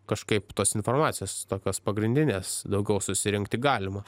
kažkaip tos informacijos tokios pagrindinės daugiau susirinkti galima